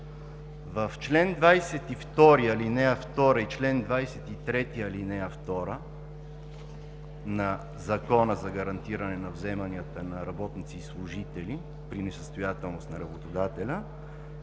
В чл. 22, ал. 2 и чл. 23, ал. 2 на Закона за гарантиране на вземанията на работници и служители при несъстоятелност на работодателя